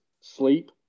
sleep